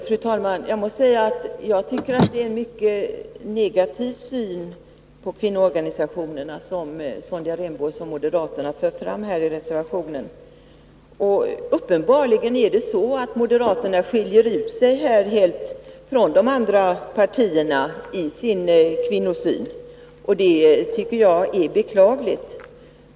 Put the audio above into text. Fru talman! Jag tycker att det är en mycket negativ syn på kvinnoorganisationerna som Sonja Rembo och moderaterna för fram i reservationen. Uppenbarligen skiljer sig moderaternas kvinnosyn från de andra partiernas, och det är beklagligt.